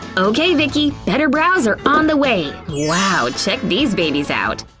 okay, vicki, better brows are on the way! wow, check these babies out!